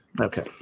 Okay